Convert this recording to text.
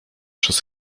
przez